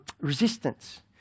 resistance